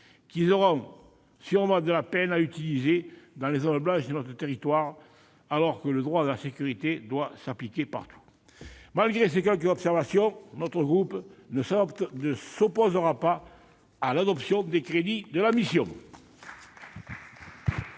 qu'ils auront sûrement de la peine à utiliser dans les zones blanches de notre territoire ... Le droit à la sécurité doit être assuré partout ! Malgré ces quelques observations, notre groupe ne s'opposera pas à l'adoption des crédits de la mission